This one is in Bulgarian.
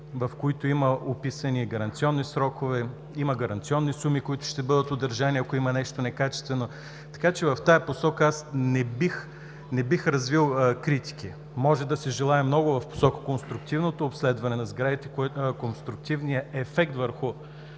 в които има описани гаранционни срокове, има гаранционни суми, които ще бъдат удържани, ако има нещо некачествено, така че в тази насока аз не бих развил критики. Може да се желае много в посока конструктивното обследване на сградите, на конструктивния ефект от